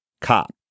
cop